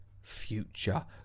future